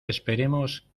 esperemos